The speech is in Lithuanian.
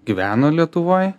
gyveno lietuvoj